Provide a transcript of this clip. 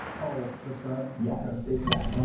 oh, that's bad? yeah, it's it's bad. um